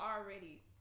already